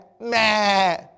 meh